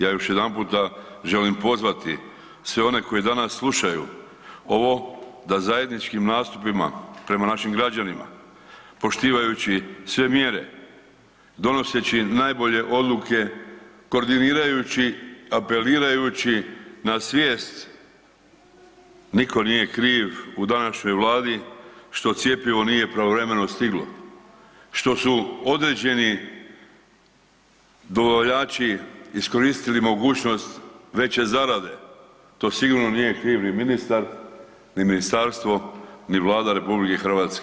Ja još jedanput želim pozvati sve one koji danas slušaju ovo da zajedničkim nastupima prema našim građanima, poštivajući sve mjere, donoseći najbolje odluke, koordinirajući, apelirajući na svijest niko nije kriv u današnjoj Vladi što cjepivo nije pravovremeno stiglo, što su određeni dobavljači iskoristili mogućnost veće zarade, to sigurno nije kriv ni ministar, ni ministarstvo, ni Vlada RH.